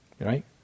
Right